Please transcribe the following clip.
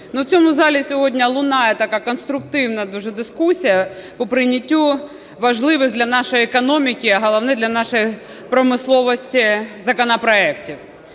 В цьому залі сьогодні лунає така конструктивна дуже дискусія по прийняттю важливих для нашої економіки, а головне для нашої промисловості законопроектів.